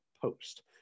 post